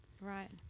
Right